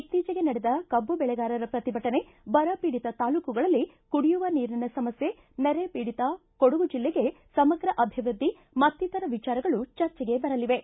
ಇತ್ತೀಚೆಗೆ ನಡೆದ ಕಬ್ಬು ಬೆಳೆಗಾರರ ಪ್ರತಿಭಟನೆ ಬರಪೀಡಿತ ತಾಲೂಕುಗಳಲ್ಲಿ ಕುಡಿಯುವ ನೀರಿನ ಸಮಸ್ಥೆ ನೆರೆಪೀಡಿತ ಕೊಡಗು ಜೆಲ್ಲೆಗೆ ಸಮಗ್ರ ಅಭಿವೃದ್ದಿ ಮತ್ತಿತರ ವಿಚಾರಗಳು ಚರ್ಚೆಗೆ ಬರಲಿವೆ